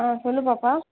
ஆ சொல் பாப்பா